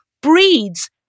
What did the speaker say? breeds